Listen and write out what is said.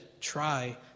try